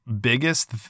biggest